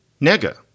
nega